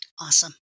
Awesome